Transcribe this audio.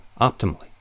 optimally